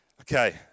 okay